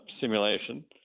simulation